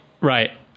right